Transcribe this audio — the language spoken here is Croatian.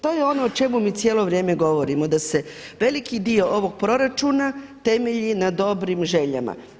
To je ono o čemu mi cijelo vrijeme govorimo da se veliki dio ovoga proračuna temelji na dobrim željama.